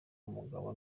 umugabo